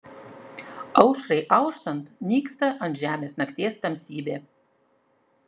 aušrai auštant nyksta ant žemės nakties tamsybė